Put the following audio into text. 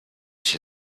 się